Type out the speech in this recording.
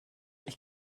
ich